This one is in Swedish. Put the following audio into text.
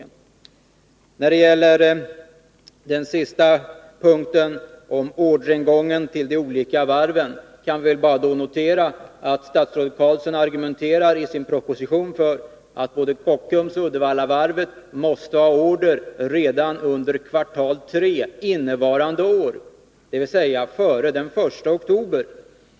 När det gäller den sista punkten, om orderingången till de olika varven, kan jag väl bara notera att statsrådet Carlsson argumenterar i sin proposition för att både Kockums och Uddevallavarvet måste ha order redan under tredje kvartalet i år, dvs. före den 1 oktober.